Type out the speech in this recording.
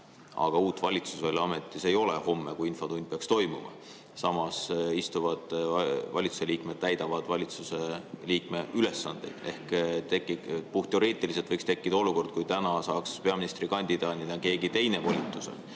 aga uut valitsust ei ole veel ametis homme, kui infotund peaks toimuma, samas istuva valitsuse liikmed täidavad valitsusliikmete ülesandeid. Ehk puhtteoreetiliselt võiks tekkida olukord, kus täna saaks peaministrikandidaadina volituse keegi teine, kellele